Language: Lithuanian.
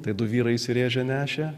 tai du vyrai įsiręžę nešė